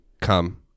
come